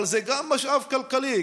אבל זה גם משאב כלכלי: